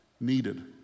needed